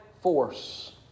force